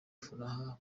furaha